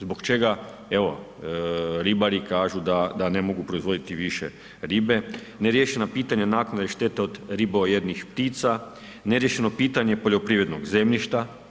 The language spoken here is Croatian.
Zbog čega, evo ribari kažu da ne mogu proizvoditi više ribe, neriješena pitanja naknade štete od ribojednih ptica, ne riješeno pitanje poljoprivrednog zemljišta.